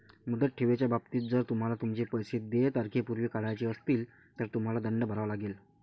मुदत ठेवीच्या बाबतीत, जर तुम्हाला तुमचे पैसे देय तारखेपूर्वी काढायचे असतील, तर तुम्हाला दंड भरावा लागेल